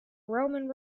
roman